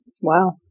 Wow